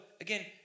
again